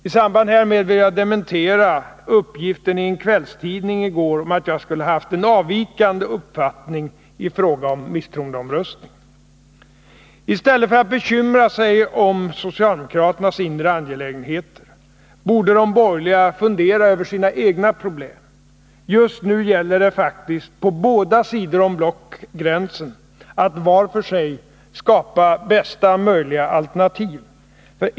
I samband härmed vill jag dementera uppgiften i en kvällstidning om att jag har haft en avvikande uppfattning i fråga om misstroendeomröstningen. I stället för att bekymra sig om socialdemokraternas inre angelägenheter borde de borgerliga fundera över sina egna problem. Just nu gäller det faktiskt på båda sidor om blockgränsen att var för sig skapa bästa möjliga alternativ.